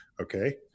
Okay